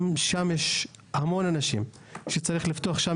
גם שם יש המון אנשים וצריך לפתוח שם